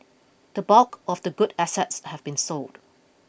the bulk of the good assets have been sold